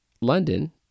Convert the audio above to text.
London